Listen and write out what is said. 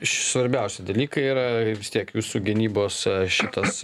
svarbiausi dalykai yra vis tiek jūsų gynybos šitas